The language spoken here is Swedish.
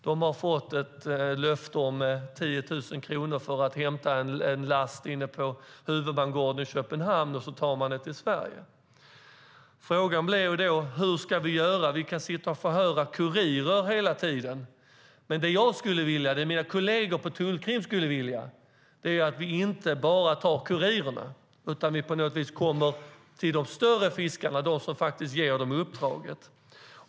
De har fått ett löfte om 10 000 kronor för att hämta en last inne på huvudbangården i Köpenhamn och så tar de den till Sverige. Frågan blir då: Hur ska vi göra? Vi kan sitta och förhöra kurirer hela tiden, men det jag och mina kolleger på tullkrim skulle vilja är att vi inte bara tar kurirerna utan på något vis också kommer åt de större fiskarna, de som faktiskt ger dem uppdraget.